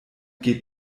geht